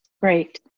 Great